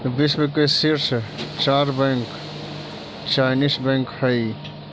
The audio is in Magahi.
विश्व के शीर्ष चार बैंक चाइनीस बैंक हइ